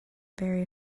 very